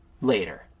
later